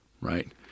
right